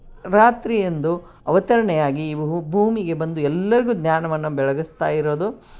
ರಾತ್ರಿಯಂದು ಅವತರಣೆಯಾಗಿ ಇವು ಭೂಮಿಗೆ ಬಂದು ಎಲ್ಲರಿಗೂ ಜ್ಞಾನವನ್ನು ಬೆಳಗಿಸ್ತಾ ಇರೋದು